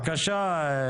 תומר, בבקשה.